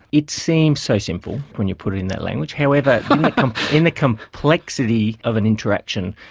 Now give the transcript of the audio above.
it seems so simple when you put it in that language, however in the complexity of an interaction,